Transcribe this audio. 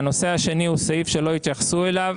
והנושא השני הוא סעיף שלא התייחסו אליו.